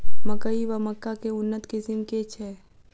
मकई वा मक्का केँ उन्नत किसिम केँ छैय?